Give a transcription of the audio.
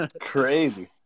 Crazy